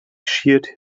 sheared